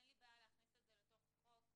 אין לי בעיה יכניס את זה לתוך החוק.